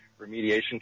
remediation